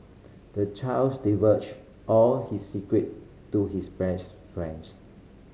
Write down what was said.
the child's divulged all his secret to his best friends